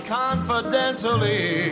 confidentially